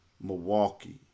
Milwaukee